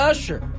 Usher